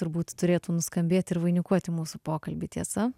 turbūt turėtų nuskambėti ir vainikuoti mūsų pokalbį tiesa